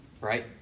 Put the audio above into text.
Right